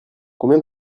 combien